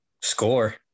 Score